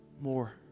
more